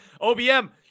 OBM